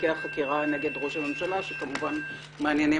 תיקי החקירה נגד ראש הממשלה שכמובן מעניינים